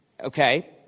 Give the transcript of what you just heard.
Okay